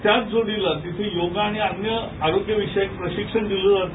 त्याच जोडीला तिथे योगा आणि अन्य आरोग्य विषयक प्रशिक्षण दिलं जात